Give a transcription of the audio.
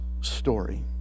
story